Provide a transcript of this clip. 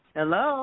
Hello